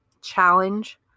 challenge